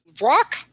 walk